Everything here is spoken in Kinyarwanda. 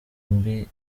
mbi